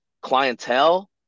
clientele